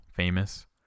famous